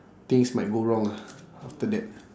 things might go wrong lah after that